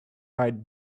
eyed